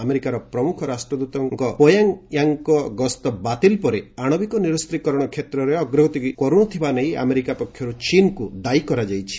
ଆମେରିକାର ପ୍ରମୁଖ ରାଷ୍ଟଦ୍ରତଙ୍କ ପୋୟାଙ୍ଗୟାଙ୍ଗ ଗସ୍ତ ବାତିଲ ପରେ ଆଶବିକ ନିରସ୍ତିକରଣ କ୍ଷେତ୍ରେ ଅଗ୍ରଗତି କରୁନଥିବା ନେଇ ଆମେରିକା ପକ୍ଷରୁ ଚୀନ୍କୁ ଦାୟୀ କରାଯାଇଛି